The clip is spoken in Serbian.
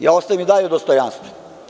Ja ostajem i dalje dostojanstven.